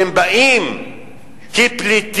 שהם באים כפליטים,